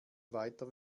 weiter